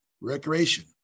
Recreation